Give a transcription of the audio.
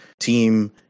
team